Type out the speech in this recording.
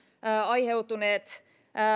aiheutuneet